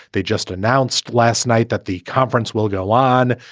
they just announced last night that the conference will go on.